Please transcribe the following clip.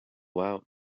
out